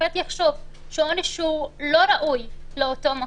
השופט יחשוב שהוא עונש לא ראוי לאותו מקום,